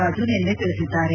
ರಾಜು ನಿನ್ನೆ ತಿಳಿಸಿದ್ದಾರೆ